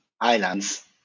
Islands